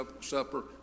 Supper